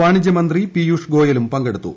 വാണിജ്യമന്ത്രി പിയൂഷ് ഗോയലും പങ്കെടുത്തു